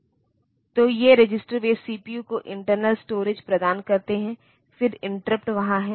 तो यह कहता है कि रजिस्टर बी जोड़ें लेकिन किस मूल्य के साथ